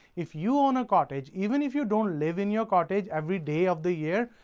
if you own a cottage, even if you don't live in your cottage every day of the year,